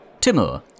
Timur